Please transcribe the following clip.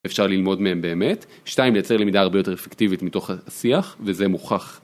אפשר ללמוד מהם באמת, 2- לייצר למידה הרבה יותר אפקטיבית מתוך השיח וזה מוכח.